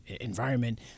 environment